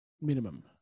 minimum